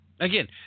Again